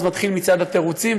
אז מתחיל מצעד התירוצים,